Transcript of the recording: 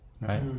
right